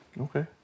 Okay